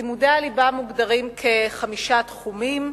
לימודי הליבה מוגדרים כחמישה תחומים: